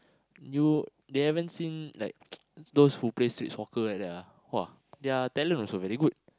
you they haven't seen like those who play street soccer like that they're talent also very good